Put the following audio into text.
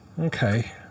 Okay